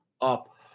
up